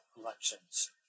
elections